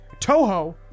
Toho